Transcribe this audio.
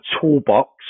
toolbox